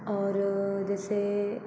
और जैसे